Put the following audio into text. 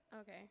Okay